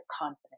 confidence